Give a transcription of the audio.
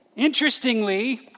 Interestingly